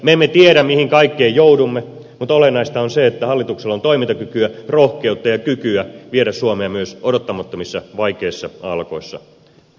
me emme tiedä mihin kaikkeen joudumme mutta olennaista on se että hallituksella on toimintakykyä rohkeutta ja kykyä viedä suomea myös odottamattomissa vaikeissa aallokoissa satamaan